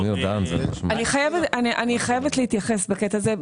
חייבת להתייחס בקטע הזה.